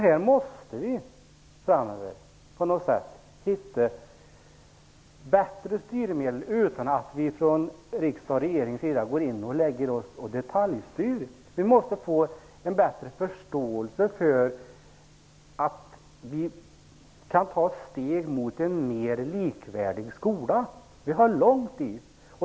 Här måste vi framöver på något sätt hitta bättre styrmedel utan att vi från riksdag och regering detaljstyr. Vi måste få en bättre förståelse för att vi kan ta steg mot en mer likvärdig skola. Vi har långt dit.